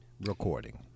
Recording